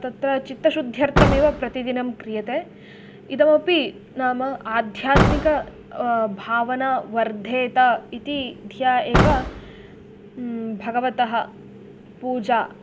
तत्र चित्तशुद्ध्यर्थमेव प्रतिदिनं क्रियते इदमपि नाम आध्यात्मिक भावना वर्धेत इति धिया एव भगवतः पूजा